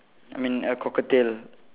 I mean a cockatiel